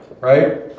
right